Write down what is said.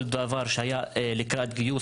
כל דבר שהיה לקראת גיוס,